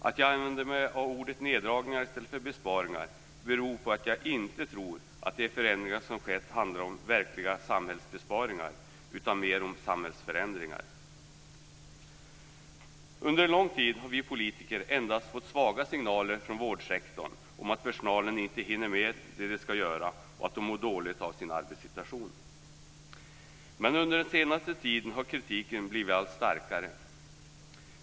Att jag använder mig av ordet neddragningar i stället för besparingar beror på att jag inte tror att de förändringar som har skett handlat om verkliga samhällsbesparingar utan mer om samhällsförändringar. Under en lång tid har vi politiker endast fått svaga signaler från vårdsektorn om att personalen inte hinner med det som skall skall göras och att man mår dåligt av sin arbetssituation. Men under den senaste tiden har kritiken blivit allt starkare.